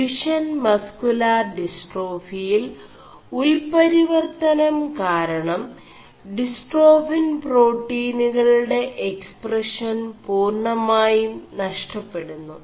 ഡçøഷൻ muscular ഡിസ്േ4ടാഫിയിൽ ഉൽപരിവർøനം കാരണം ഡിസ്േ4ടാഫിൻ േ4പാƒീനുകളgെട എക്സ്4പഷൻ പൂർണമായും നഷ്ടെçടുMു